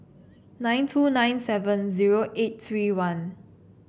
nine two nine seven zero eight three one